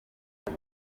hari